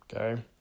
okay